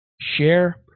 share